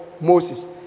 Moses